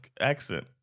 accent